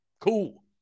Cool